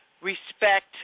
respect